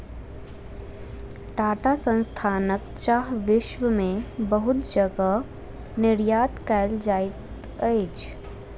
टाटा संस्थानक चाह विश्व में बहुत जगह निर्यात कयल जाइत अछि